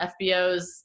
FBOs